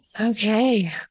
Okay